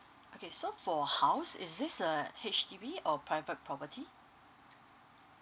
okay so for house is this a H_D_B or private property